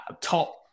top